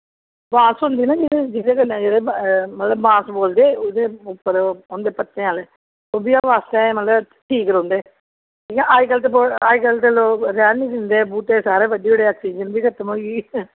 बांस होंदी ना जि'दी जेह्दे कन्नै जेह्ड़े मतलब बांस बोलदे उ'दे उप्पर होंदे पत्तें आह्ले ओह् बी हवा आस्तै मतलब ठीक रौंह्दे इ'यां अज कल्ल ते लोग रैह्न निं दिंदे बूह्टे सारे खतम होई गे आक्सीजन बी खतम होई गेई